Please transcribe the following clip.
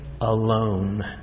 alone